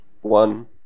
one